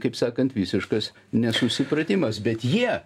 kaip sakant visiškas nesusipratimas bet jie